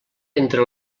entre